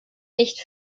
nicht